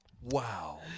wow